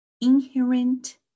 inherent